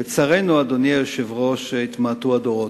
לצערנו, אדוני היושב-ראש, התמעטו הדורות,